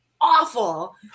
awful